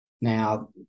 now